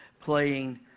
playing